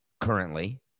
currently